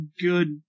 good